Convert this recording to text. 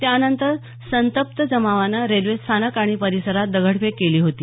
त्यानंतर संतप्त जमावानं रेल्वे स्थानक आणि परिसरात दगडफेक केली होती